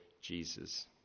Jesus